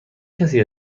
کسی